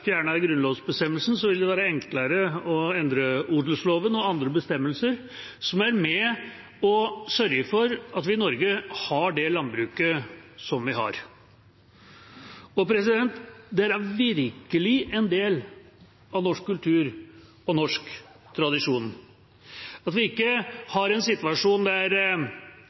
grunnlovsbestemmelsen, vil det være enklere å endre odelsloven og andre bestemmelser som er med på å sørge for at vi i Norge har det landbruket vi har. Og det er da virkelig en del av norsk kultur og norsk tradisjon at vi ikke har en situasjon der